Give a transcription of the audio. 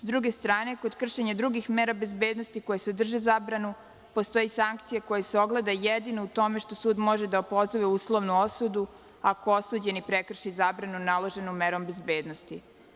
S druge strane, kod kršenja drugih mere bezbednosti koje sadrže zabranu postoji sankcija koja se oglede jedino u tome što sud može da opozove uslovnu osudu, ako osuđeni prekrši zabranu naloženom merom bezbednosti.